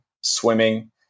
swimming